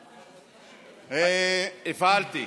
הפעלתי.